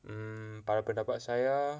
mm pada pendapat saya